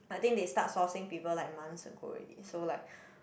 I think they start sourcing people like months ago already so like